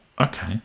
Okay